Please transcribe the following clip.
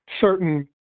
certain